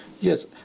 Yes